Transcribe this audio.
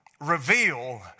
Reveal